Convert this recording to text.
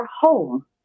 home